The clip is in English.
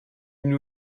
knew